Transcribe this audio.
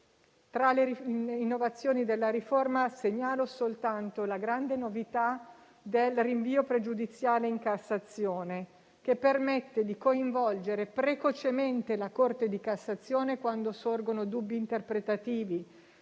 Tra le innovazioni della riforma segnalo soltanto la grande novità del rinvio pregiudiziale in Cassazione, che permette di coinvolgere precocemente la Corte di cassazione quando sorgono dubbi interpretativi,